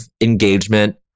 engagement